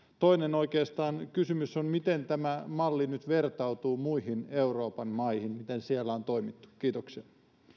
toinen kysymys oikeastaan on miten tämä malli nyt vertautuu muihin euroopan maihin miten siellä on toimittu kiitoksia